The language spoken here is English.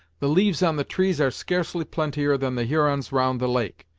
the leaves on the trees are scarcely plentier than the hurons round the lake,